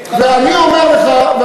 אני מסכים אתך לחלוטין.